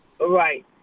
Right